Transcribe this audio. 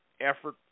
effort